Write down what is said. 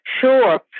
Sure